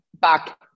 back